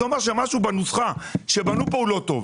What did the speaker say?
זה אומר שמשהו בנוסחה שבנו כאן הוא לא טוב.